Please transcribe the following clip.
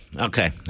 Okay